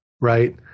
right